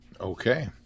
Okay